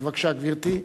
ירדנה מלר-הורוביץ: